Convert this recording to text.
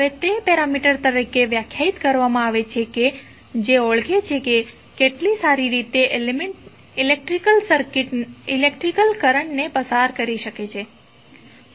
હવે તે પેરામીટર તરીકે વ્યાખ્યાયિત કરવામાં આવે છે જે ઓળખે છે કે કેટલી સારી રીતે એલિમેન્ટ્ ઇલેક્ટ્રિક કરંટ ને પસાર કરી શકે છે